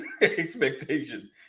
expectation